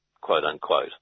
quote-unquote